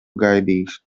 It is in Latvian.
gaidījis